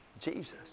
Jesus